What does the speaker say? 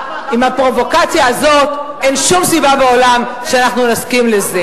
זה די מסובך, אני מסכימה אתך.